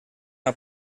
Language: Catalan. una